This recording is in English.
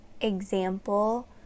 example